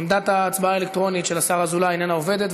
עמדת ההצבעה האלקטרונית של השר אזולאי איננה עובדת,